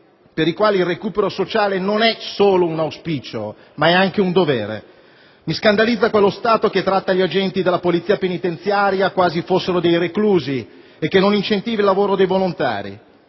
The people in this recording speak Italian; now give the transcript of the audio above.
per i quali il recupero sociale non è solo un auspicio, ma è anche un dovere. Mi scandalizza quello Stato che tratta gli agenti della polizia penitenziaria quasi fossero dei reclusi e che non incentiva il lavoro dei volontari;